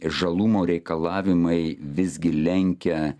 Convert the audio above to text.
žalumo reikalavimai visgi lenkia